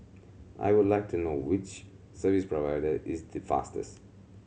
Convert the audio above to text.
I would like to know which service provider is the fastest